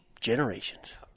generations